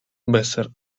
besser